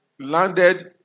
landed